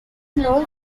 known